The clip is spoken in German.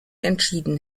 entschieden